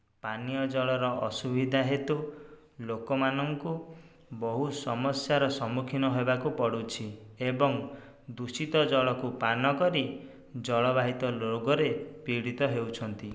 ପାନୀୟ ଜଳର ଅସୁବିଧା ହେତୁ ଲୋକମାନଙ୍କୁ ବହୁ ସମସ୍ୟାର ସମ୍ମୁଖୀନ ହେବାକୁ ପଡ଼ୁଛି ଏବଂ ଦୂଷିତ ଜଳକୁ ପାନ କରି ଜଳ ବାହିତ ରୋଗରେ ପୀଡ଼ିତ ହେଉଛନ୍ତି